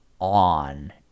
on